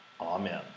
Amen